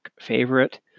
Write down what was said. favorite